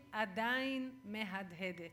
עדיין מהדהדת.